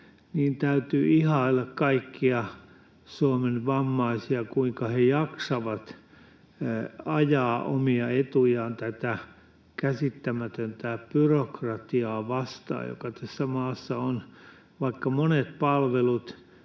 niin täytyy ihailla kaikkia Suomen vammaisia, kuinka he jaksavat ajaa omia etujaan tätä käsittämätöntä byrokratiaa vastaan, joka tässä maassa on, vaikka monet palvelut